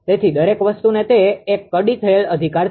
તેથી દરેક વસ્તુ તે એક કડી થયેલ અધિકાર છે